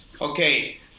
okay